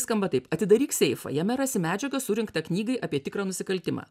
skamba taip atidaryk seifą jame rasi medžiagą surinktą knygai apie tikrą nusikaltimą